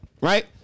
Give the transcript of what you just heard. right